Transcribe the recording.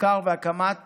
מחקר והקמת